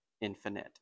infinite